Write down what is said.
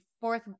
fourth